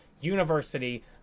university